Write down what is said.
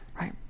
right